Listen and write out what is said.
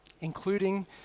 including